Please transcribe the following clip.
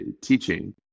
teaching